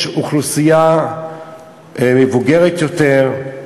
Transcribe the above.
יש אוכלוסייה מבוגרת יותר,